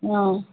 ಹಾಂ